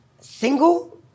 Single